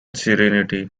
serenity